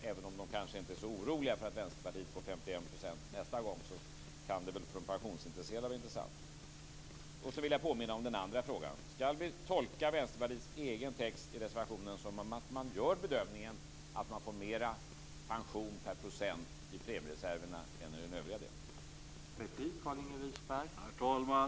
Även om de kanske inte är så oroliga för att Vänsterpartiet får 51 % av rösterna nästa gång kan det väl för de pensionsintresserade vara intressant. Sedan vill jag påminna om den andra frågan. Skall vi tolka Vänsterpartiets egen text i reservationen så att man gör bedömningen att man får mer pension per procent i premiereserverna än i den andra delen?